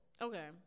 Okay